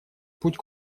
путь